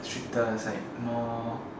stricter is like more